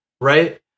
right